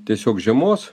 tiesiog žiemos